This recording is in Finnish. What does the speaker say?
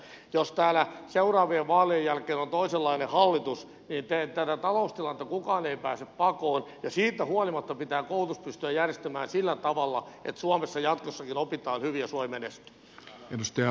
jos täällä seuraavien vaalien jälkeen on toisenlainen hallitus niin tätä taloustilannetta kukaan ei pääse pakoon ja siitä huolimatta pitää koulutus pystyä järjestämään sillä tavalla että suomessa jatkossakin opitaan hyvin ja suomi menestyy